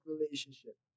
relationship